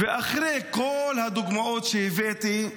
ואחרי כל הדוגמאות שהבאתי,